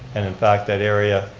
and in fact that area,